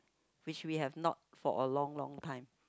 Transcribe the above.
which we have not for a long long time